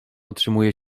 otrzymuje